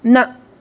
न